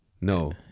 no